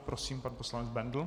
Prosím, pan poslanec Bendl.